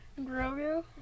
Grogu